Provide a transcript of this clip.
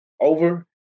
over